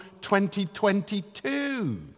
2022